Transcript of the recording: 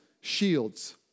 shields